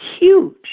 Huge